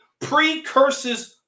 precurses